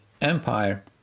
empire